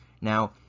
Now